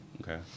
Okay